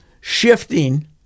shifting